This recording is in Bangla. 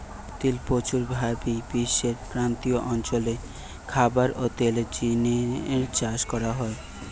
তিল প্রচুর ভাবি বিশ্বের ক্রান্তীয় অঞ্চল রে খাবার ও তেলের জিনে চাষ করা হয়